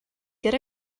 get